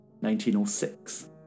1906